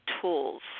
tools